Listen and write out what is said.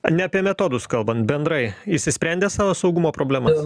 ne apie metodus kalbant bendrai išsisprendė savo saugumo problemas